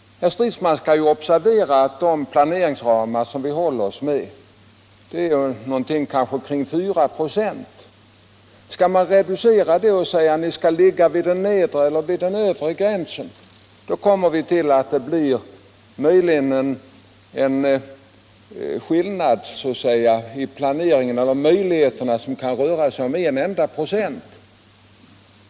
Herr Stridsman bör observera att de planeringsramar vi håller oss med rör sig om endast ca 4 96 spännvidd. Om man reducerar det utrymmet och anmodar länsstyrelser och kommuner att ligga vid den nedre eller övre gränsen, då får de kanske en enda procent att röra sig med i sin planering.